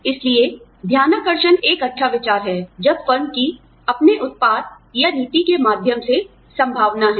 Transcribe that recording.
इसलिए ध्यानाकर्षण एक अच्छा विचार है जब फर्म की अपने उत्पाद या नीति के माध्यम से संभावना है